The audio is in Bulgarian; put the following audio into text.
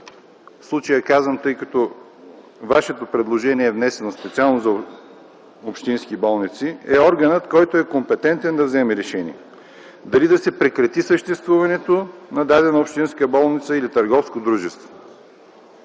„в случая” казвам, тъй като вашето предложение е внесено специално за общински болници, е органът, който е компетентен да вземе решение дали да се прекрати съществуването на дадена общинска болница или търговско дружество.